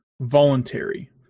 voluntary